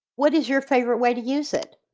what is your favorite way to use it?